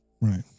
Right